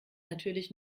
natürlich